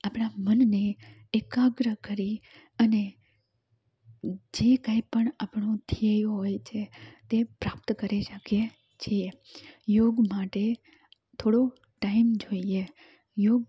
આપણાં મનને એકાગ્ર કરી અને જે કંઈપણ આપણો ધ્યેય હોય છે તે પ્રાપ્ત કરી શકીએ છીએ યોગ માટે થોડો ટાઈમ જોઈએ યોગ